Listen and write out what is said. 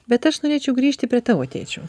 bet aš norėčiau grįžti prie tavo tėčio